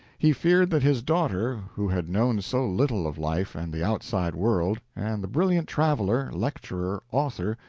he feared that his daughter, who had known so little of life and the outside world, and the brilliant traveler, lecturer, author,